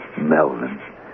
Melvin